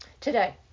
Today